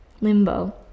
limbo